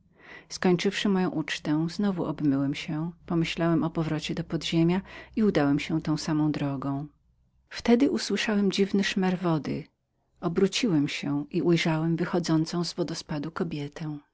skończywszy moją ucztę znowu obmyłem się pomyśliłem o powrocie do podziemia i udałem się tą samą drogą wtedy usłyszałem dziwny szmer wody obróciłem się i ujrzałem wychodzącą z wodotrysku kobietę